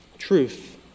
Truth